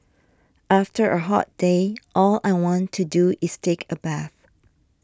after a hot day all I want to do is take a bath